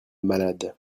malade